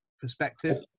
perspective